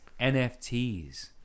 NFTs